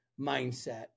mindset